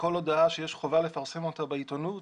שכל הודעה שיש חובה לפרסם אותה בעיתונות,